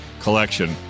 collection